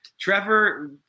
Trevor